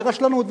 ורשלנות,